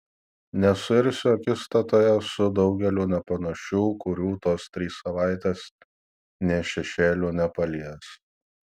nesuirsiu akistatoje su daugeliu nepanašių kurių tos trys savaitės nė šešėliu nepalies